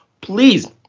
Please